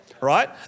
right